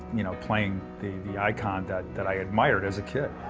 you know, playing the the icon that, that i admired as a kid.